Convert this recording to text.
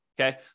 Okay